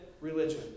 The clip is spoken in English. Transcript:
religion